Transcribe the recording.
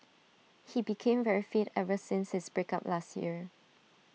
he became very fit ever since his break up last year